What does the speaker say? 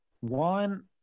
one